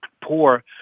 poor